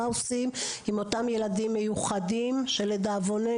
מה עושים עם אותם ילדים מיוחדים שלדאבוננו